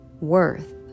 worth